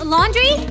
Laundry